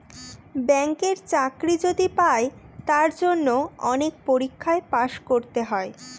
ব্যাঙ্কের চাকরি যদি পাই তার জন্য অনেক পরীক্ষায় পাস করতে হয়